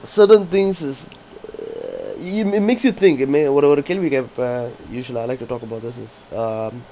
certain things is it it makes you think என்ன ஒரு ஒரு கேள்வி கேப்பன்:enna oru oru kelvi keppan uh usually I like to talk about this is um